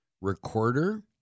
recorder